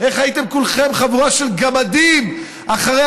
איך הייתם כולכם חבורה של גמדים אחרי